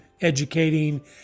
educating